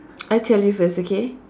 I tell you first okay